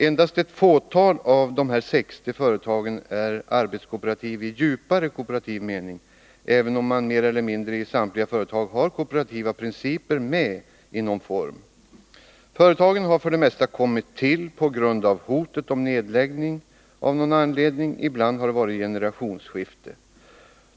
Endast ett fåtal av de här 60 företagen är arbetskooperativ i en djupare kooperativ mening, även om man mer eller mindre i samtliga företag har kooperativa principer med i någon form. Företagen har för det mesta kommit till på grund av hotet om nedläggning av någon anledning — ibland har det varit generationsskifte.